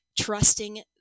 trusting